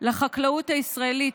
לחקלאות הישראלית.